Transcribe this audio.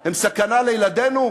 הם סכנה לילדינו?